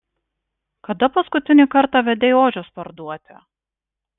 kada paskutinį kartą vedei ožius parduoti